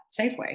Safeway